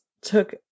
took